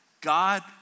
God